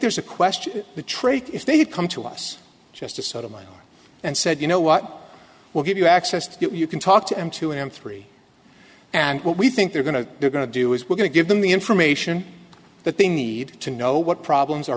there's a question the trait is they've come to us just to sort of mine and said you know what we'll give you access to get you can talk to him two and three and what we think they're going to they're going to do is we're going to give them the information that they need to know what problems are